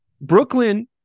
Brooklyn